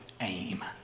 aim